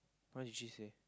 what did she say